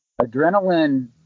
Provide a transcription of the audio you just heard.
adrenaline